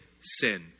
sin